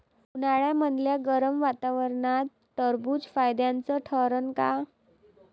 उन्हाळ्यामदल्या गरम वातावरनात टरबुज फायद्याचं ठरन का?